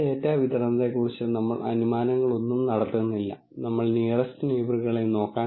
lecture സീരീസിലൂടെ കടന്നുപോകുമ്പോൾ binary ക്ലാസ്സിഫിക്കേഷൻന്റെയും മൾട്ടി ക്ലാസ് ക്ലാസ്സിഫിക്കേഷൻന്റെയും ഉദാഹരണങ്ങൾ നമ്മൾ നോക്കും